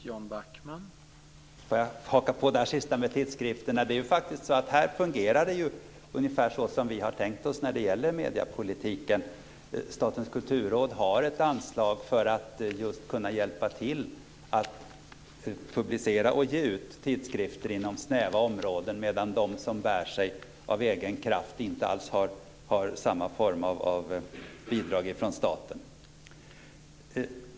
Herr talman! Får jag haka på det här sista med tidskrifterna. Det är ju faktiskt så att där fungerar det ungefär som vi har tänkt oss när det gäller mediepolitiken. Statens kulturråd har ett anslag för att kunna hjälpa till att publicera och ge ut tidskrifter inom snäva områden medan de som bär sig av egen kraft inte alls har samma form av bidrag från staten.